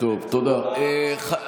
המפכ"ל אומר אחרת.